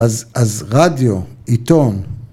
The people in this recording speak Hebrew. אז ‫אז רדיו, עיתון...